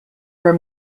are